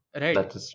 Right